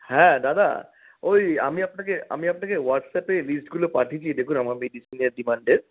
হ্যাঁ দাদা ওই আমি আপনাকে আমি আপনাকে হোয়াটসঅ্যাপে লিস্টগুলো পাঠিয়েছি দেখুন আমার মেডিসিনের ডিমান্ডের